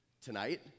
tonight